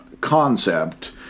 concept